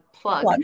plug